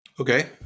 Okay